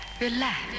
relax